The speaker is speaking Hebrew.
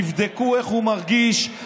יבדקו איך הוא מרגיש,